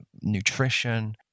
nutrition